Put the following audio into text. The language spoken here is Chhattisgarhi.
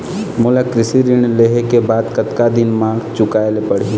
मोला कृषि ऋण लेहे के बाद कतका दिन मा चुकाए ले पड़ही?